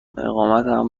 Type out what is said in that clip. اقامتم